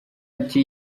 ati